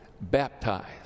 baptized